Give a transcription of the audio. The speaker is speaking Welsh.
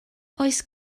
oes